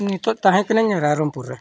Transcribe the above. ᱤᱧ ᱱᱤᱛᱳᱜ ᱛᱟᱦᱮᱸ ᱠᱟᱹᱱᱟᱹᱧ ᱨᱟᱭᱨᱚᱝᱯᱩᱨ ᱨᱮ